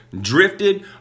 drifted